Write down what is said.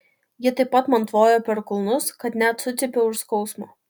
ji taip man tvojo per kulnus kad net sucypiau iš skausmo